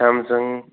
Samsung